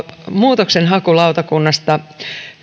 muutoksenhakulautakunnasta